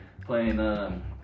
playing